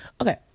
Okay